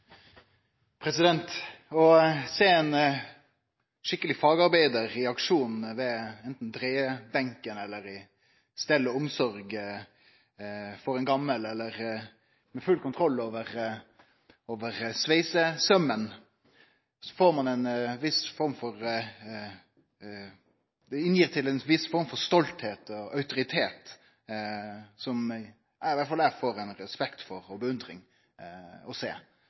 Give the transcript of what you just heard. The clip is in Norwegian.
Ein skikkeleg fagarbeidar i aksjon anten ved dreiebenken eller i stell og omsorg for ein gamal eller med full kontroll over sveisesaumen formidlar ei viss form for stoltheit og autoritet som iallfall eg får respekt og beundring for. Vi har i dag inga oversikt over kor mange i Noreg som